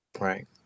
Right